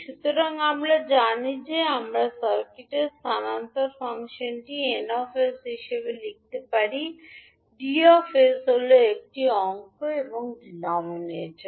সুতরাং আমরা জানি যে আমরা সার্কিটের স্থানান্তর ফাংশনটি 𝑁 𝑠 হিসাবে লিখতে পারি 𝐷 𝑠 এটি হল অঙ্ক এবং ডিনোমিনেটর